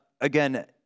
again